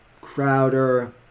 Crowder